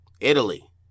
Italy